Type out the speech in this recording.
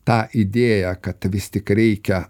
tą idėją kad vis tik reikia